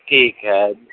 ठीक है